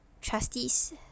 trustees